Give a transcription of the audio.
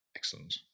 Excellent